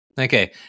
Okay